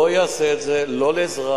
לא אעשה את זה, לא לאזרח,